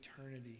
eternity